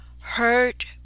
hurt